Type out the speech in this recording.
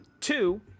Two